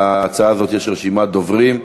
להצעה זו יש רשימת דוברים.